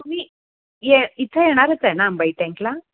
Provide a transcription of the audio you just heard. तुम्ही ये इथं येणारच आहे ना आंबाई टेंकला